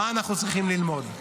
מה אנחנו צריכים ללמוד?